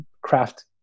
craft